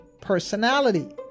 personality